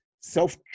self